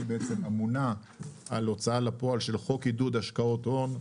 אמונה על הוצאה לפועל של חוק עידוד השקעות הון.